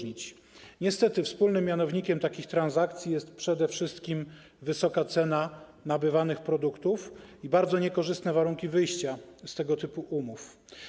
Niestety wspólnym mianownikiem takich transakcji jest przede wszystkim wysoka cena nabywanych produktów, ponadto bardzo niekorzystne warunki wyjścia z tego typu umów.